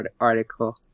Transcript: article